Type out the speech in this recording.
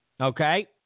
okay